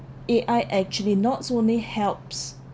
A_I I actually not only helps